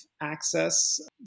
access